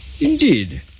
Indeed